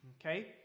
Okay